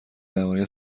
درباره